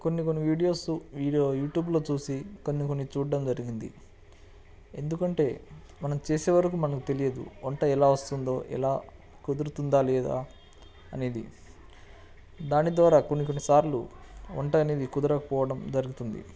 కొన్ని కొన్ని videos video యూట్యూబ్లో చూసి కొన్ని కొన్ని చూడటం జరిగింది ఎందుకంటే మనం చేసే వరకు మనకు తెలియదు వంట ఎలా వస్తుందో ఎలా కుదురుతుందా లేదా అనేది దాని ద్వారా కొన్ని కొన్ని సార్లు వంట అనేది కుదరకపోవడం జరుగుతుంది